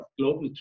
global